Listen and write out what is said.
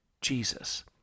Jesus